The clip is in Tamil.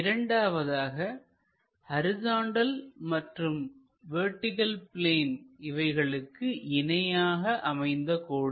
இரண்டாவதாக ஹரிசாண்டல் மற்றும் வெர்டிகள் பிளேன் இவைகளுக்கு இணையாக அமைந்த கோடு